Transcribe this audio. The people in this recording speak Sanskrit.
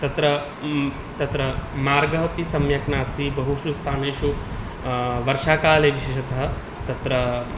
तत्र तत्र मार्गः अपि सम्यक् नास्ति बहुषु स्थानेषु वर्षाकाले विशेषतः तत्र